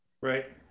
Right